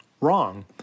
wrong